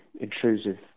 intrusive